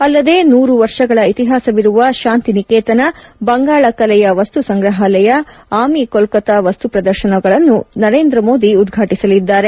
ಅಲ್ಲದೆ ನೂರು ವರ್ಷಗಳ ಇತಿಹಾಸವಿರುವ ಶಾಂತಿನಿಕೇತನ ಬಂಗಾಳ ಕಲೆಯ ವಸ್ತು ಸಂಗ್ರಹಾಲಯ ಆಮಿ ಕೋಲ್ಲತಾ ವಸ್ತು ಪ್ರದರ್ಶನಗಳನ್ನೂ ನರೇಂದ್ರ ಮೋದಿ ಅವರು ಉದ್ವಾಟಿಸಲಿದ್ದಾರೆ